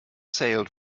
sailed